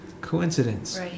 coincidence